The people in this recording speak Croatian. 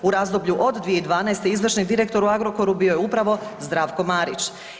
U razdoblju od 2012. izvršni direktor u Agrokoru bio je upravo Zdravko Marić.